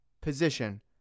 position